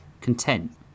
content